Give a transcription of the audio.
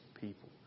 people